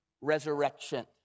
resurrection